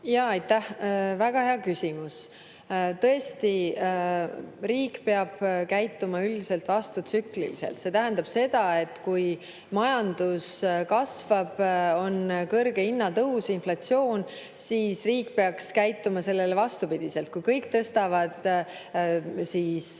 Aitäh, väga hea küsimus! Tõesti, riik peab käituma üldiselt vastutsükliliselt. See tähendab seda, et kui majandus kasvab, on suur hinnatõus, inflatsioon, siis riik peaks käituma sellele vastupidiselt. Kui kõik tõstavad